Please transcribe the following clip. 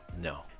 No